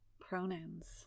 pronouns